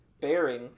bearing